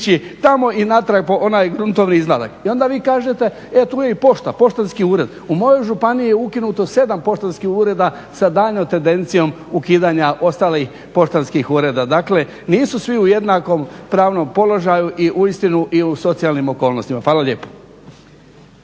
ići tamo i natrag po onaj gruntovni izvadak. I onda vi kažete e tu je i pošta, poštanski ured. U mojoj županiji je ukinuto 7 poštanskih ureda sa daljnjom tendencijom ukidanja ostalih poštanskih ureda. Dakle nisu svi u jednakom pravnom položaju i uistinu i u socijalnim okolnostima. Hvala lijepo.